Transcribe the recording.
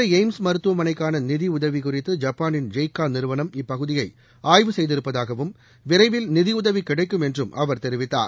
Madurai AIIMS மருத்துவமனைக்கான நிதி உதவி குறித்து ஜப்பானின் ஜெய்க்கா நிறுவனம் இப்பகுதியை ஆய்வு செய்திருப்பதாகவும் விரைவில் நிதியுதவி கிடைக்கும் என்றும் அவர் தெரிவித்தார்